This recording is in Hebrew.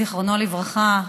זיכרונו לברכה,